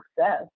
success